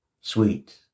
Sweet